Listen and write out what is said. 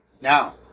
Now